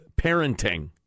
parenting